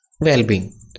well-being